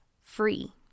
free